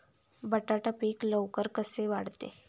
बटाटा पीक लवकर कसे वाढते?